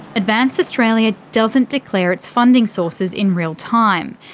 advance australia doesn't declare its funding sources in real time.